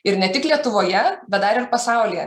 ir ne tik lietuvoje bet dar ir pasaulyje